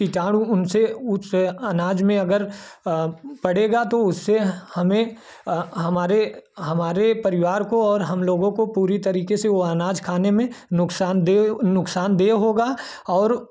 कीटाणु उनसे उस अनाज में अगर पड़ेगा तो उससे हमें हमारे हमारे हमारे परिवार को और हम लोगों को पूरी तरीके से वह अनाज खाने में नुकसानदेह नुकसानदेह होगा और